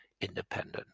independent